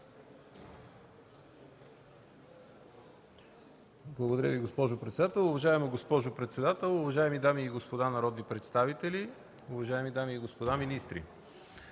Благодаря Ви, госпожо председател. Уважаема госпожо председател, уважаеми дами и господа народни представители, уважаеми дами и господа министри!